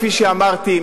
כפי שאמרתי,